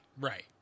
Right